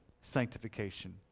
sanctification